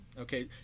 Okay